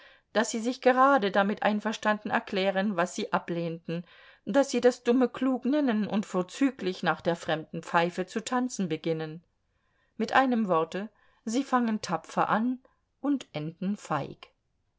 daß sie sich gerade damit einverstanden erklären was sie ablehnten daß sie das dumme klug nennen und vorzüglich nach der fremden pfeife zu tanzen beginnen mit einem worte sie fangen tapfer an und enden feig